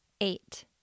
Eight